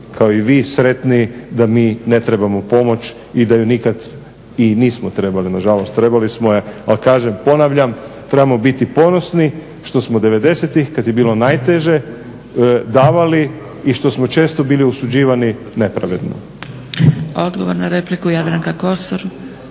Odgovor na repliku, Jadranka Kosor.